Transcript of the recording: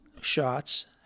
shots